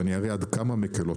ואני אראה עד כמה מקלות,